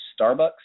Starbucks